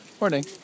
Morning